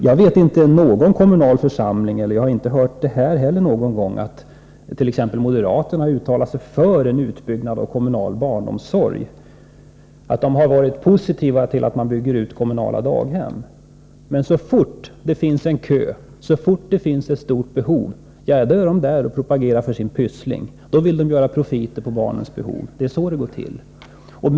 Jag vet inte att det har hänt i någon kommunal församling, och jag har inte hört det här heller någon gång, att t.ex. moderaterna uttalar sig för en utbyggnad av kommunal barnomsorg eller ställer sig positiva till att man bygger ut kommunala daghem. Men så fort det finns en kö, så fort det finns ett stort behov, då är de där och propagerar för sin ”Pyssling”. Då vill de göra profit på barnens behov. Det är så det går till.